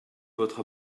votre